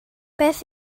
beth